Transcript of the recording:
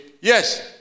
Yes